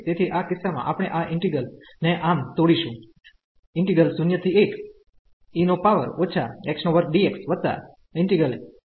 તેથીઆ કિસ્સામાં આપણે આ ઈન્ટિગ્રલ ને આમ તોડીશું તરીકે